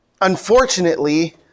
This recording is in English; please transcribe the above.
unfortunately